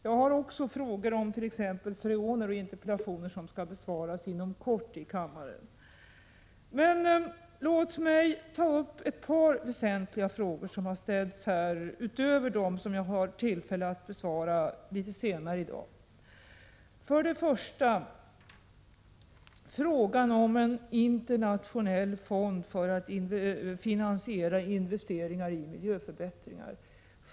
Jag har också när det gäller t.ex. freoner fått interpellationer, som inom kort skall besvaras i kammaren. Låt mig ta upp ett par väsentliga frågor som har ställts här utöver dem som jag har tillfälle att besvara senare i dag. Det gäller först och främst frågan om en internationell fond för att finansiera investeringar i miljöförbättringar.